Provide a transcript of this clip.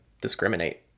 discriminate